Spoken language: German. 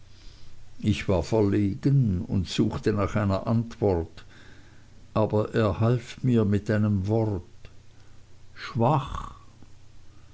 ich war verlegen und suchte nach einer antwort aber er half mir mit einem wort schwach